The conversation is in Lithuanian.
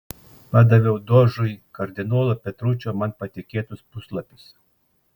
padaviau dožui kardinolo petručio man patikėtus puslapius